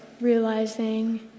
realizing